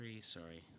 sorry